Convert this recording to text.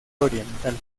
oriental